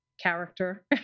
character